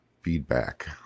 feedback